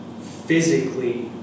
physically